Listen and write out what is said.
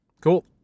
Cool